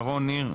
שרון ניר,